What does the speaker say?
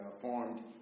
formed